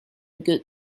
good